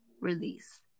release